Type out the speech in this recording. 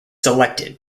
selected